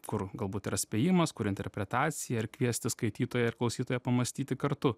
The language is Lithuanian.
kur galbūt yra spėjimas kur interpretacija ar kviesti skaitytoją ir klausytoją pamąstyti kartu